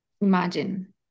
imagine